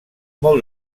molt